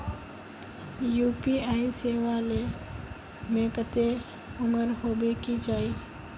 UPI सेवा ले में कते उम्र होबे के चाहिए?